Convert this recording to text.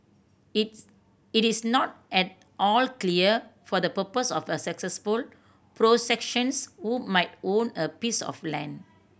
it's it is not at all clear for the purpose of a successful prosecutions who might own a piece of land